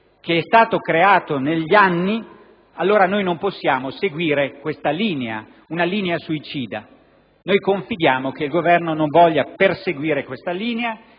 che è stato creato negli anni, allora noi non possiamo seguire questa linea suicida. Confidiamo che il Governo non voglia perseguire questa linea